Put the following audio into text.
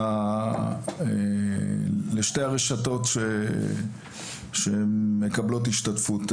לשתי הרשתות שמקבלות השתתפות.